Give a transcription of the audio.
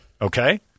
Okay